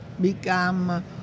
become